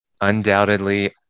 Undoubtedly